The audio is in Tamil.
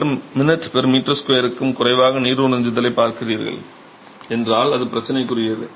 25 kgminm2 க்கும் குறைவாக நீர் உறிஞ்சுதலைப் பார்க்கிறீர்கள் என்றால் அது பிரச்சனைக்குரியது